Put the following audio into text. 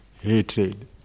hatred